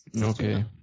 Okay